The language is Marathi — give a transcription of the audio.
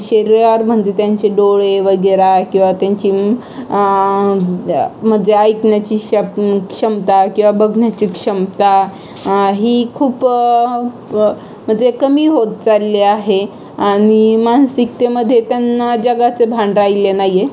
शरीरावर म्हणजे त्यांचे डोळे वगैरे किंवा त्यांचीम् म्हणजे ऐकण्याची श क्षमता किंवा बघण्याची क्षमता ही खूप व म्हणजे कमी होत चालली आहे आणि मानसिकतेमध्ये त्यांना जगाचे भान राहिले नाही आहे